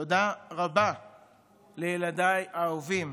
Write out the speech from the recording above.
תודה רבה לילדיי האהובים,